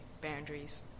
boundaries